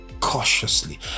cautiously